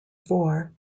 four